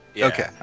Okay